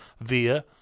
via